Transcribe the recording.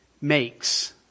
makes